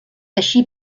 així